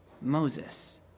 Moses